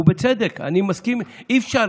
ובצדק, אני מסכים, אי-אפשר